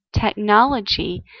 technology